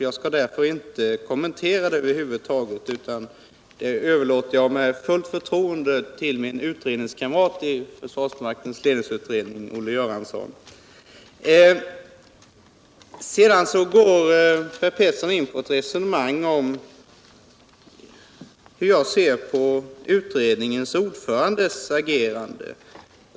Jag skall därför inte kommentera det över huvud taget utan med fullt förtroende överlåta detta åt min utredningskamrat i försvarsmaktens ledningsutredning. Sedan kom herr Per Petersson in på ett resonemang om hur jag ser på utredningens ordförandes agerande.